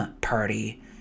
party